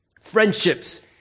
Friendships